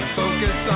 focus